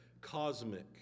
cosmic